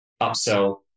upsell